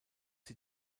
sie